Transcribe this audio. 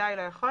בוודאי לא יכול.